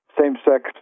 same-sex